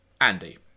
Andy